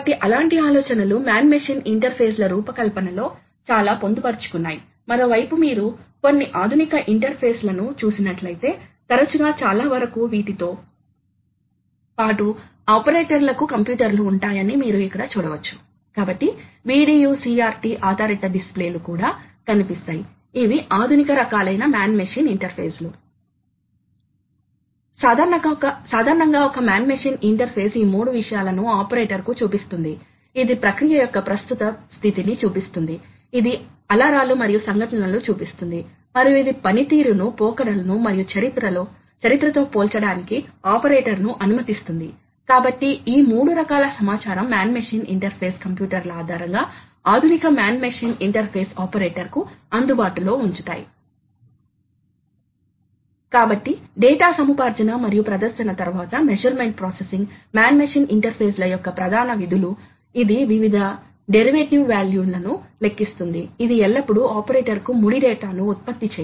వివిధ రకాల thread cutting సాధ్యమేనని మీకు తెలుసు ఆపై ఎలాంటి PLCలు ఉపయోగించబడతాయి PLC డ్రైవ్ కంట్రోలర్ తో ఎలా ఇంటరాక్ట్ అవ్వాలనుకుంటుంది మరియు అది నిర్వహించగల I O ల సంఖ్య మీరు సాధారణంగా PLC డ్రైవ్ కోసం ఉపయోగించబడదని మనం చూస్తాము కాబట్టి దగ్గరి నమూనా మరియు నియంత్రణ అవసరం మరియు కొన్నిసార్లు గణన కూడా ఉంటుంది కాబట్టి ఈ పరిస్థితులలో ఇది నిజంగా ఉపయోగపడదు కాబట్టి ఈ డ్రైవ్ల నియంత్రణ ను అందించడానికి వాస్తవానికి PLCని ఉపయోగించడం నిజంగా ఉపయోగపడదు కాబట్టి కొన్ని ప్రత్యేక అంకితమైన ప్రాసెసర్ లు ఉపయోగించబడతాయి మరియు PLCలను తరచుగా సహాయక పనుల కోసం లేదా పర్యవేక్షక నియంత్రికలు గా ఉపయోగిస్తారు